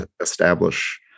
establish